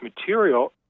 material